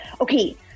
Okay